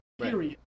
Period